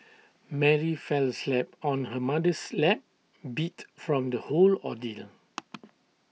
Mary fell asleep on her mother's lap beat from the whole ordeal